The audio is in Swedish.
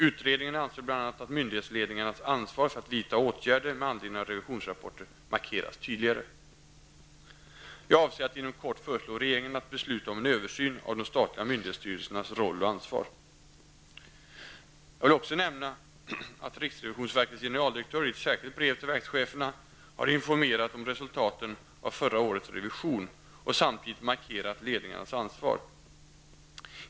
Utredningen anser bl.a. att myndighetsledningarnas ansvar för att vidta åtgärder med anledning av revisionsrapporter markeras tydligare. -- Jag avser att inom kort föreslå regeringen att besluta om en översyn av de statliga myndighetsstyrelsernas roll och ansvar. Jag vill också nämna att riksrevisionsverkets generaldirektör i ett särskilt brev till verkscheferna har informerat om resultaten av förra årets revision, och samtidigt markerat ledningarnas ansvar.